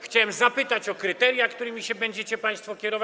Chciałem zapytać o kryteria, którymi się będziecie państwo kierować.